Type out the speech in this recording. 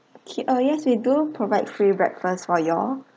okay oh yes we do provide free breakfast for you all